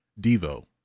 Devo